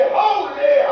holy